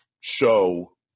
show